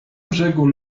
brzegu